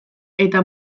eta